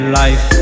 life